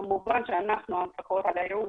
כמובן, אנחנו המפקחות על הייעוץ.